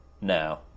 Now